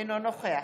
אינו נוכח